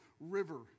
river